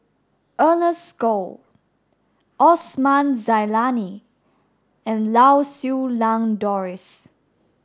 Ernest Goh Osman Zailani and Lau Siew Lang Doris